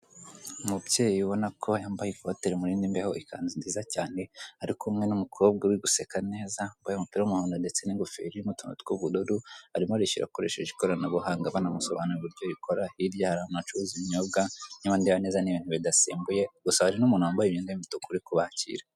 Umubyeyi ubonako yambaye ikote rimurinda imbeho ikanzu nziza cyane ari kumwe n'umukobwa uri guseka neza wambaye umupira w'umuhondo ndetse n'ingofero irimo utuntu tw'ubururu arimo arishyura koresheje ikoranabuhanga banamusobanurira uburyo rikora, hirya hari ahantu bacuruza ibinyobwa niba ndeba neza n'ibintu bidasembuye gusa hari n'umuntu wambaye imyenda y'umutuku uri kubakira.